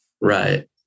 Right